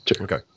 Okay